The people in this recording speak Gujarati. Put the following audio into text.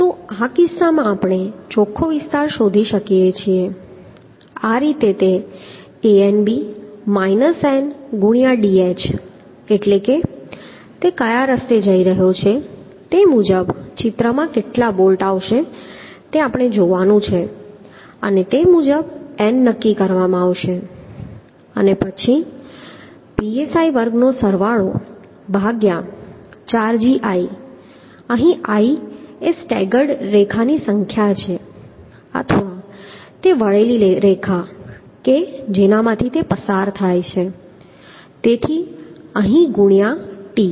તો આ કિસ્સામાં આપણે ચોખ્ખો વિસ્તાર શોધી શકીએ છીએ આ રીતે An b n ✕ dh એટલે કે તે કયા રસ્તે જઈ રહ્યો છે તે મુજબ ચિત્રમાં કેટલા બોલ્ટ આવે છે તે આપણે જોવાનું છે અને તે મુજબ n નક્કી કરવામાં આવશે અને પછી psi વર્ગ નો સરવાળો ભાગ્યા 4gi i એ સ્ટેગર્ડ રેખાની સંખ્યા છે અથવા તે વળેલી રેખા કે જેનામાંથી તે પસાર થાય છે તેથી અહીં ગુણ્યાં t